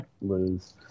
lose